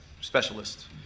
specialists